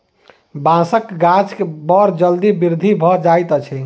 बांसक गाछ के बड़ जल्दी वृद्धि भ जाइत अछि